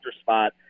spot